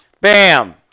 Bam